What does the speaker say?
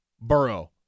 Burrow